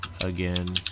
again